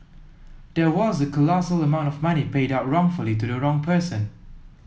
there was a colossal amount of money paid out wrongfully to the wrong person